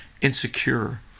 insecure